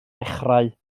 dechrau